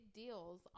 deals